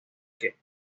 que